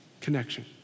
Connection